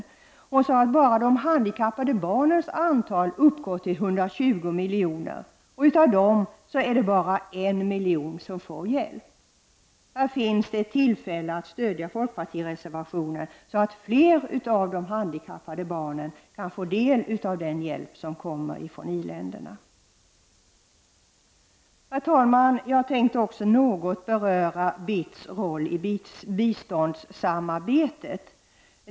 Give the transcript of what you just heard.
Hon sade att de handikappade barnens antal uppgår till 120 miljoner, och av dem är det bara en miljon som får hjälp. Här finns ett tillfälle att stödja folkpartireservationer så att fler av de handikappade barnen kan få del av den hjälp som kommer från i-länderna. Herr talman! Jag tänkte också något beröra BITS roll i biståndssamarbe tet.